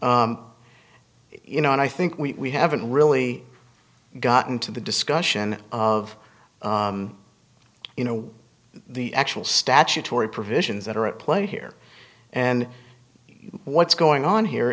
you know and i think we haven't really gotten to the discussion of you know the actual statutory provisions that are at play here and what's going on here